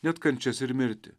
net kančias ir mirtį